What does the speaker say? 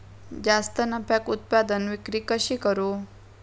जास्त नफ्याक उत्पादन विक्री कशी करू?